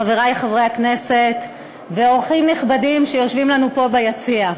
חברי חברי הכנסת ואורחים נכבדים שיושבים פה ביציע,